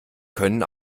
können